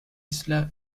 isla